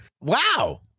Wow